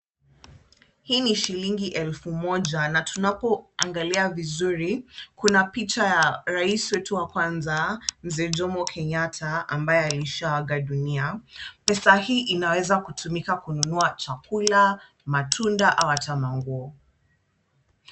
Hii ni shilingi elfu moja na tunapoangalia vizuri, kuna picha ya rais wetu wa kwanza mzee Jomo Kenyatta ambaye alishaaga dunia. Pesa hii inaweza kutumika kununua chakula, matunda au hata manguo.